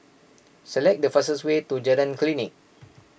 select the fastest way to Jalan Klinik